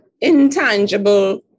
intangible